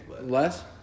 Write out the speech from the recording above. less